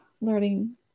learning